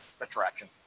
attraction